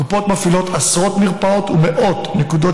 הקופות מפעילות עשרות מרפאות ומאות נקודות